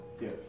Yes